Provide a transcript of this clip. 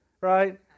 right